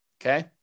Okay